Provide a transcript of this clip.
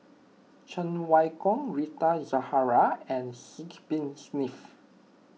Cheng Wai Keung Rita Zahara and Sidek Bin Saniff